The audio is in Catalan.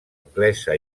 anglesa